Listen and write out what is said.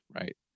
Right